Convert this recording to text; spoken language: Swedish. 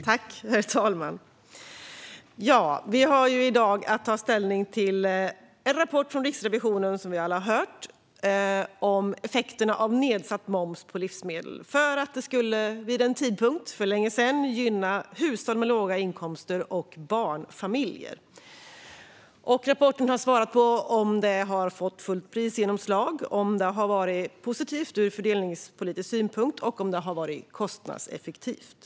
Herr talman! Vi har i dag att ta ställning till en rapport från Riksrevisionen om effekterna av nedsatt moms på livsmedel. Denna reform gjordes vid en tidpunkt för länge sedan för att det skulle gynna hushåll med låga inkomster och barnfamiljer. Rapporten har svarat på om det har fått fullt prisgenomslag, om det har varit positivt ur fördelningspolitisk synpunkt och om det har varit kostnadseffektivt.